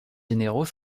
généraux